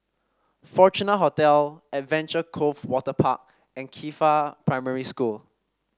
Fortuna Hotel Adventure Cove Waterpark and Qifa Primary School